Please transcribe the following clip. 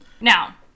Now